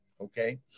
Okay